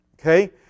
Okay